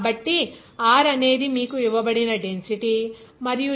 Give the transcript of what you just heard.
కాబట్టి r అనేది మీకు ఇవ్వబడిన డెన్సిటీ మరియు g అనేది 9